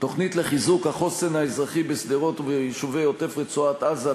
תוכנית לחיזוק החוסן האזרחי בשדרות וביישובי עוטף-רצועת-עזה,